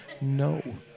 No